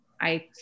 I-